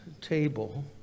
table